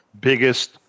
biggest